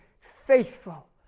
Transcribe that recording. faithful